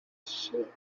sheep